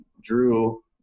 drew